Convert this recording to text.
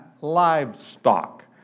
livestock